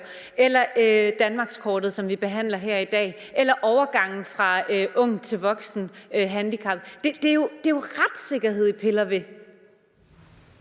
eller danmarkskortet, som vi behandler her i dag, eller overgangen fra ung til voksen handicappet. Det er jo retssikkerhed, I piller ved.